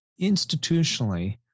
institutionally